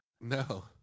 No